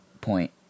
point